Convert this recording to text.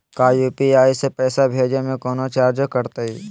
का यू.पी.आई से पैसा भेजे में कौनो चार्ज कटतई?